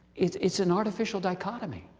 it's it's an artificial dichotomy.